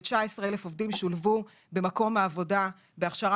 19,000 עובדים שולבו במקום העבודה בהכשרה